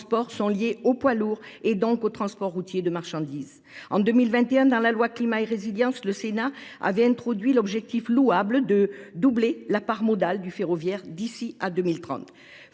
sont liées au poids lourd et donc au transport routier de marchandises. En 2021, dans la loi Climat et résilience, le Sénat avait introduit l'objectif louable de doubler la part modale du ferroviaire d'ici à 2030.